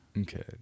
Okay